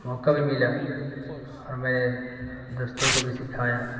موقع بھی ملا اور میں نے دوستوں کو بھی سکھایا